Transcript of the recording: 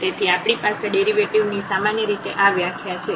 તેથી આપણી પાસે ડેરિવેટિવ ની સામાન્ય રીતે આ વ્યાખ્યા છે